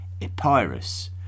Epirus